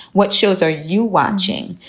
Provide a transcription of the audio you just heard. what shows are you watching?